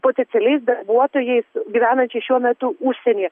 potencialiais darbuotojais gyvenančiais šiuo metu užsienyje